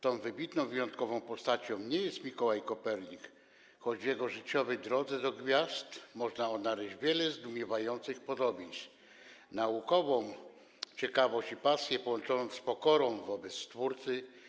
Tą wybitną i wyjątkową postacią nie jest Mikołaj Kopernik, choć w jego życiowej drodze do gwiazd można odnaleźć wiele zdumiewających podobieństw: naukową ciekawość i pasję połączoną z pokorą wobec Stwórcy.